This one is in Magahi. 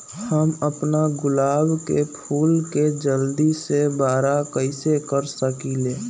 हम अपना गुलाब के फूल के जल्दी से बारा कईसे कर सकिंले?